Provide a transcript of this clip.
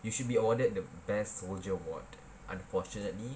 you should be awarded the best soldier award unfortunately